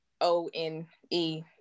o-n-e